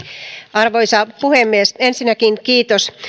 arvoisa puhemies ensinnäkin kiitos